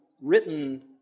written